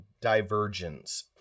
divergence